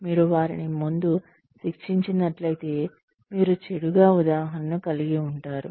మీరు వారిని ముందు శిక్షించినట్లయితే మీరు చెడుగా ఉదాహరణను కలిగి ఉంటారు